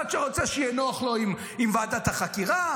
אחד שרוצה שיהיה נוח לו עם ועדת החקירה,